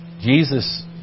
Jesus